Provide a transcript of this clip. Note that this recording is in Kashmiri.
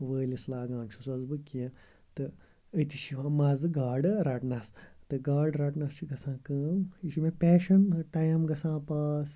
وٲلِس لاگان چھُس بہٕ کینٛہہ تہٕ أتی چھِ یِوان مَزٕ گاڈٕ رَٹنَس تہٕ گاڈٕ رَٹنَس چھِ گژھان کٲم یہِ چھِ مےٚ پیشَن ٹایم گژھان پاس